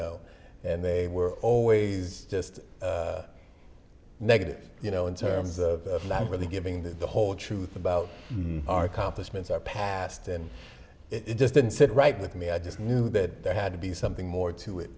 know and they were always just negative you know in terms of like really giving that the whole truth about our complements our past and it just didn't sit right with me i just knew that there had to be something more to it